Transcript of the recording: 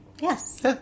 Yes